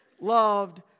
loved